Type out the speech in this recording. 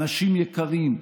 אנשים יקרים,